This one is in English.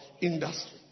industry